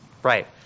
Right